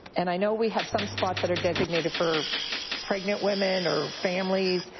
and i know we have some spots that are designated for pregnant women or families.